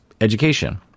education